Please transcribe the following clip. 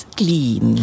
clean